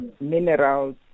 minerals